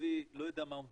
אבי לא יודע מה הוא מדבר,